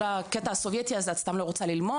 כל הקטע הסובייטי הזה "את סתם לא רוצה ללמוד",